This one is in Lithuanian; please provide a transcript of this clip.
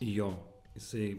jo jisai